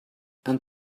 and